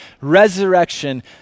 resurrection